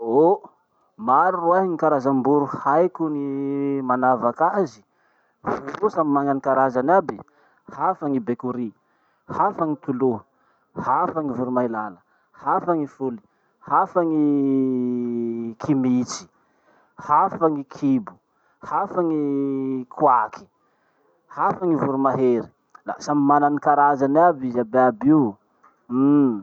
Oh! Maro roahy gny karazam-boro haiko gny manavak'azy. Voro io samy mana ny karazany aby. Hafa ny bekory, hafa gny toloha, hafa gny voromailala, hafa gny foly, hafa gny kimitsy, hafa gny kibo, hafa gny koaky, hafa gny voromahery. La samy mana gny karazany aby izy aby iaby io, uhm.